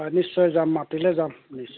হয় নিশ্চয় যাম মাতিলে যাম নিশ্চয়